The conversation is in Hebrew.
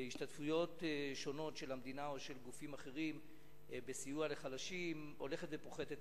ההשתתפות של המדינה או של גופים אחרים בסיוע לחלשים הולכת ופוחתת,